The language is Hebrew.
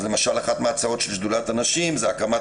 ואחת ההצעות של שדולת הנשים היא הקמת